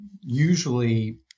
usually